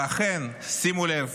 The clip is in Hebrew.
ואכן, שימו לב,